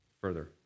further